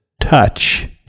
touch